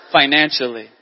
financially